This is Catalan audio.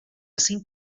cinc